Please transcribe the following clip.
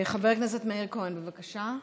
חבר הכנסת מאיר כהן, בבקשה.